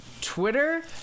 Twitter